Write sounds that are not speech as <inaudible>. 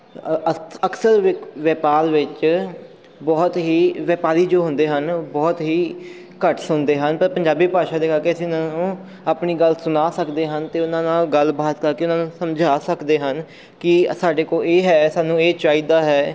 ਅਕਸਰ <unintelligible> ਵਪਾਰ ਵਿੱਚ ਬਹੁਤ ਹੀ ਵਪਾਰੀ ਜੋ ਹੁੰਦੇ ਹਨ ਬਹੁਤ ਹੀ ਘੱਟ ਸੁਣਦੇ ਹਨ ਪਰ ਪੰਜਾਬੀ ਭਾਸ਼ਾ ਦੇ ਕਰਕੇ ਅਸੀਂ ਇਹਨਾਂ ਨੂੰ ਆਪਣੀ ਗੱਲ ਸੁਣਾ ਸਕਦੇ ਹਨ ਅਤੇ ਉਹਨਾਂ ਨਾਲ ਗੱਲਬਾਤ ਕਰਕੇ ਉਹਨਾਂ ਨੂੰ ਸਮਝਾ ਸਕਦੇ ਹਨ ਕਿ ਸਾਡੇ ਕੋਲ ਇਹ ਹੈ ਸਾਨੂੰ ਇਹ ਚਾਹੀਦਾ ਹੈ